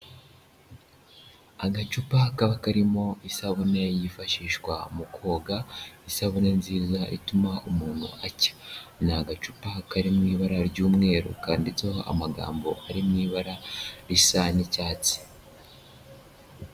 Agacupa kaba karimo isabune yifashishwa mu koga, isabune nziza ituma umuntu acya. Ni agacupa kari mu ibara ry'umweru kanditseho amagambo ari mu ibara risa n'icyatsi.